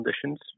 conditions